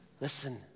listen